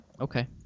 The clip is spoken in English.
okay